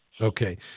Okay